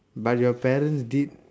but your parents did